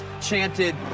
chanted